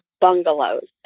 bungalows